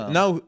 now